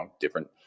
different